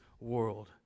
world